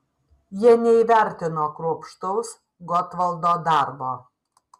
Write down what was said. jie neįvertino kruopštaus gotvaldo darbo